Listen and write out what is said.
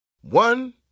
One